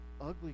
ugly